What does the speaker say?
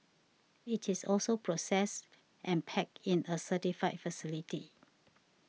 it is also processed and packed in a certified facility